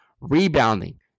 Rebounding